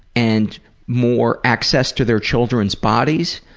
and more access to their children's bodies,